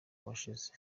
washize